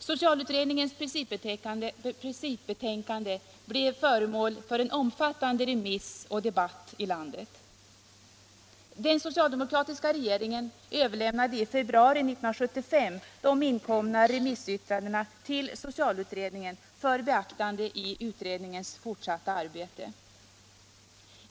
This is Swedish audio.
Socialutredningens principbetänkande blev föremål för en omfattande remiss och debatt i landet. Den socialdemokratiska regeringen överlämnade i februari 1975 de inkomna remissyttrandena till socialutredningen för beaktande i utredningens fortsatta arbete.